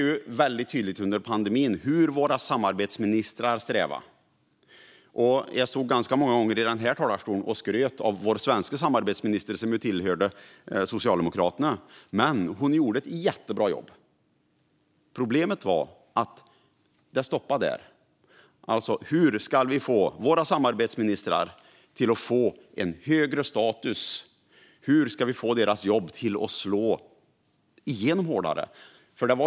Under pandemin strävade våra samarbetsministrar på, och jag skröt ofta i talarstolen om Sveriges socialdemokratiska samarbetsminister. Hon gjorde ett jättebra jobb, men där tog det stopp. Så hur kan våra samarbetsministrar få högre status och deras arbete mer genomslag?